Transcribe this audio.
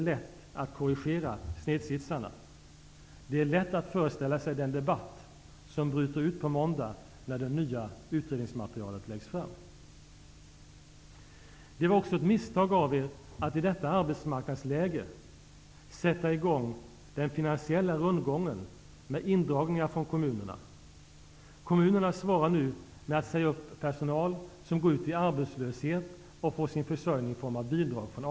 Ja, det är ingen spekulation från en kritisk opposition -- det är siffror som var och en kan läsa i regeringens egen proposition. Vi får vänja oss vid arbetslösheten, säger finansministerns närmaste man uppgivet i en tidningsintervju. Herr talman! Jag kan försäkra er om att vi socialdemokrater aldrig kommer att vänja oss vid arbetslösheten.